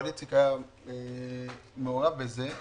אבל איציק היה מעורב בזה,